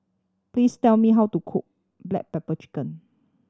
please tell me how to cook black pepper chicken